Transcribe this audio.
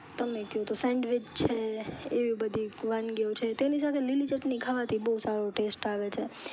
તમે કહો તો સેન્ડવીચ છે એવી બધી વાનગીઓ છે તેની સાથે લીલી ચટણી ખાવાથી બહુ સારો ટેસ્ટ આવે છે